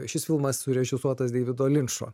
šis filmas surežisuotas deivido linčo